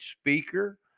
speaker